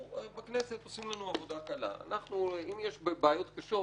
בכנסת עושים לנו עבודה קלה אם יש בעיות קשות,